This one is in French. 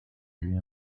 lui